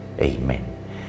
Amen